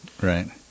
Right